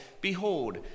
Behold